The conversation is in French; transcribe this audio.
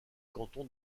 canton